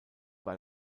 war